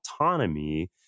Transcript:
autonomy